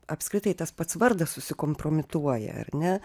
apskritai tas pats vardas susikompromituoja ar ne